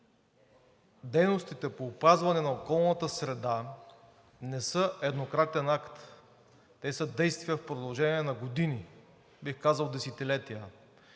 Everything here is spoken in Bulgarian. дейностите по опазване на околната среда не са еднократен акт – те са действия в продължение на години, бих казал десетилетия.